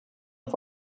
auf